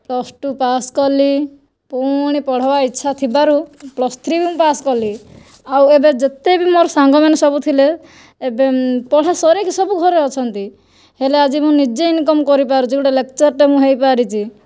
plus two pass କଲି ପୁଣି ପଢ଼ିବା ଇଚ୍ଛା ଥିବାରୁ ପ୍ଲସ୍ ଥ୍ରୀ ବି ମୁଁ ପାସ୍ କଲି ଆଉ ଏବେ ଯେତେ ବି ମୋର ସାଙ୍ଗମାନେ ସବୁ ଥିଲେ ଏବେ ପଢ଼ା ସରେଇକି ସବୁ ଘରେ ଅଛନ୍ତି ହେଲେ ଆଜି ମୁଁ ନିଜେ ଇନକମ୍ କରିପାରୁଛି ଗୋଟିଏ ଲେକ୍ଚରର୍ଟିଏ ମୁଁ ହୋଇପାରିଛି